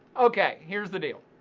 okay, here's the deal.